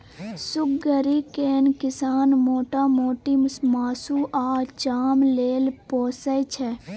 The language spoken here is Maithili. सुग्गरि केँ किसान मोटा मोटी मासु आ चाम लेल पोसय छै